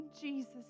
Jesus